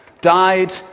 died